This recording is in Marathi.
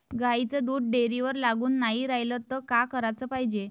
गाईचं दूध डेअरीवर लागून नाई रायलं त का कराच पायजे?